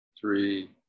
three